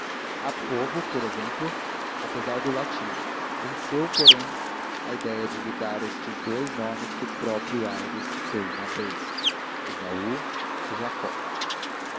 ovo por exemplo apesar do latim venceu porém a ideia de dar estes dous nomes que o próprio aires citou uma vez esaú e jacó